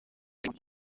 iki